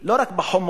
הוא לא רק בחומוס,